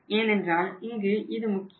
ஏனென்றால் இங்கு இது முக்கியம்